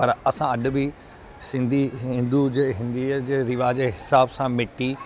पर असां अॼु बि सिंधी हिंदू जे हिंदीअ जे रिवाज जे हिसाब सां मिटी